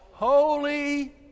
Holy